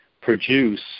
produce